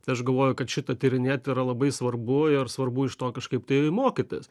tai aš galvoju kad šita tyrinėt yra labai svarbu ir svarbu iš to kažkaip tai mokytis